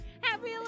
happy